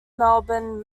melbourne